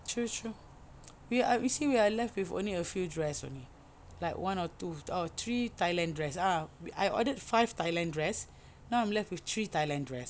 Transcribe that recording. true true we are you see we are left with only a few dress only like one or two three Thailand dress ah I ordered five Thailand dress now I'm left with three Thailand dress